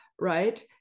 right